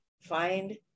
find